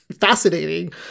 fascinating